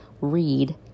read